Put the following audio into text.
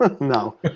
No